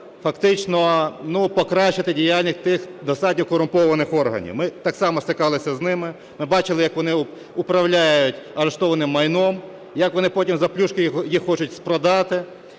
фактично покращити діяльність тих достатньо корумпований органів. Ми так само стикалися з ними, ми бачили, як вони управляють арештованим майном, як вони потім "за плюшки" їх хочуть спродати.